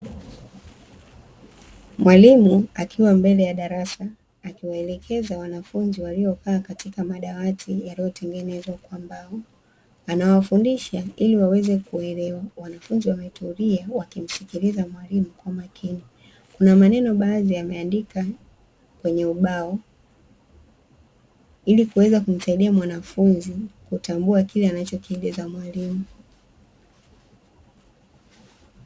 Mwalimu akiwa mbele ya darasa akiwaelekeza wanafunzi waliokaa katika madawati yaliyotengenezwa kwa mbao. Anawafundisha ili waweze kuelewa. Wanafunzi wametulia wakimsikiliza mwalimu kwa makini. Kuna maneno baadhi ameandika kwenye ubao ili kuweza kumsaidia mwanafunzi kutambua kile anachokieleza mwalimu.